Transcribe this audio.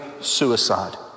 suicide